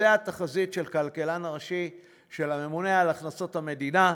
זו התחזית של הכלכלן הראשי של הממונה על הכנסות המדינה,